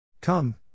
Come